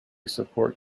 support